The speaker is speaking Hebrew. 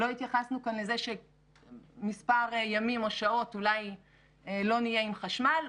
לא התייחסנו כאן לזה שמספר ימים או שעות אולי לא נהיה עם חשמל,